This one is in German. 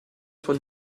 von